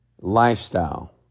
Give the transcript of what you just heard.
lifestyle